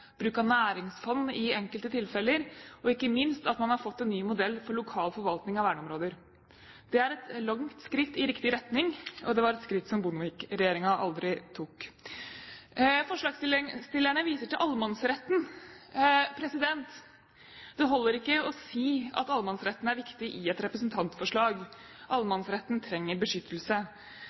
bruk av næringsfond i enkelte tilfeller, og ikke minst at man har fått en ny modell for lokal forvaltning av verneområder. Det er et langt skritt i riktig retning, og det er et skritt som Bondevik-regjeringen aldri tok. Forslagsstillerne viser til allemannsretten. Det holder ikke å si at allemannsretten er viktig i et representantforslag, allemannsretten trenger beskyttelse.